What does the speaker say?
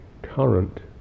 Current